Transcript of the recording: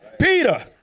Peter